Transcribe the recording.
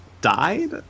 died